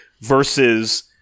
versus